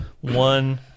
One